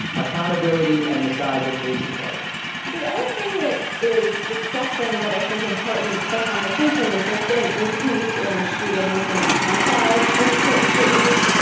accountability and the size of police departments the other thing that is distressing, but i think important to the conversation is there's been an increase in shootings and homicides in certain cities,